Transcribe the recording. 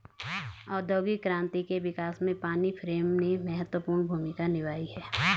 औद्योगिक क्रांति के विकास में पानी फ्रेम ने महत्वपूर्ण भूमिका निभाई है